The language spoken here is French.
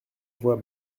voix